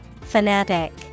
Fanatic